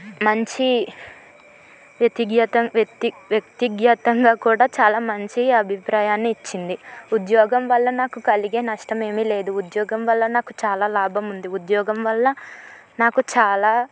మంచి వ్యతిగత వ్యక్తి వ్యక్తిగతంగా కూడా చాలా మంచి అభిప్రాయాన్ని ఇచ్చింది ఉద్యోగం వల్ల నాకు కలిగే నష్టమేమీ లేదు ఉద్యోగం వల్ల నాకు చాలా లాభం ఉంది ఉద్యోగం వల్ల నాకు చాలా